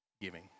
giving